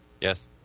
Yes